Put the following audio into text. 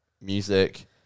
music